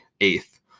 eighth